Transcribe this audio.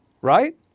Right